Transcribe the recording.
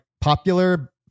popular